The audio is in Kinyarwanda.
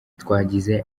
twagize